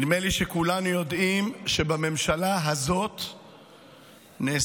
נדמה לי שכולנו יודעים שבממשלה הזאת נעשו